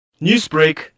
Newsbreak